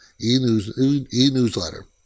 e-newsletter